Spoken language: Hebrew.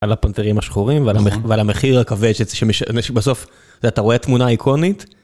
על הפנתרים השחורים ועל המחיר הכבד שבסוף אתה רואה תמונה איקונית.